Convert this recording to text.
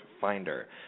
Finder